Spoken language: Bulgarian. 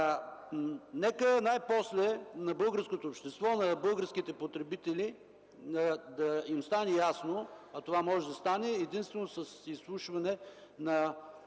Нека най-после на българското общество, на българските потребители да стане ясно, а това може да стане единствено с изслушване на